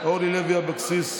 אורלי לוי אבקסיס,